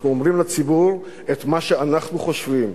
אנחנו אומרים לציבור את מה שאנחנו חושבים,